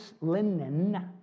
linen